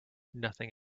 nothing